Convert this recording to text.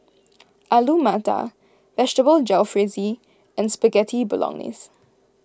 Alu Matar Vegetable Jalfrezi and Spaghetti Bolognese